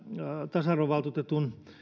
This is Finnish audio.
tasa arvovaltuutetun